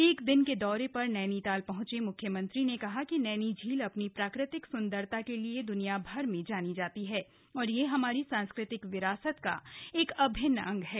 एक दिन के दौरे पर नैनीताल पहंचे म्ख्यमंत्री ने कहा कि नैनीझील अपनी प्राकृतिक स्न्दरता के लिए द्निया भर में जानी जाती है और यह हमारी सांस्कृतिक विरासत का एक अभिन्न अंग है